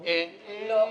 לא.